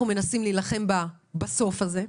אנחנו מנסים להילחם ב"בסוף" הזה,